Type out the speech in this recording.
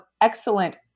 excellent